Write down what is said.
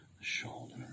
shoulder